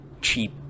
cheap